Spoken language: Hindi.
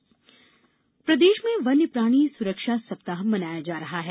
वन्य प्राणी सुरक्षा सप्ताह प्रदेश में वन्य प्राणी सुरक्षा सप्ताह मनाया जा रहा है